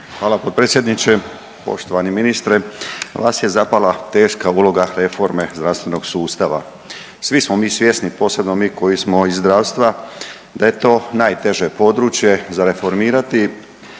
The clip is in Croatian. Hvala potpredsjedniče. Poštovani ministre vas je zapala teška uloga reforme zdravstvenog sustava. Svi smo mi svjesni posebno mi koji smo iz zdravstva da je to najteže područje za reformirati